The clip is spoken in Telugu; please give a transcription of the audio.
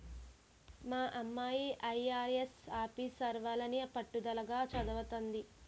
మా అమ్మాయి ఐ.ఆర్.ఎస్ ఆఫీసరవ్వాలని పట్టుదలగా చదవతంది